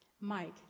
Mike